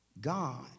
God